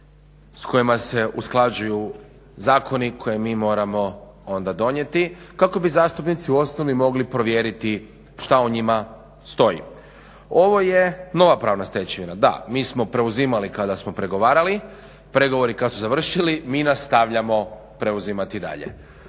s kojima se usklađuju zakoni koje mi moramo onda donijeti kako bi zastupnici u osnovi mogli provjeriti šta u njima stoji. Ovo je nova pravna stečevina. Da mi smo preuzimali kada smo pregovarali, pregovori kad su završili mi nastavljamo preuzimati dalje.